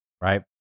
right